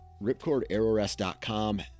ripcordarrowrest.com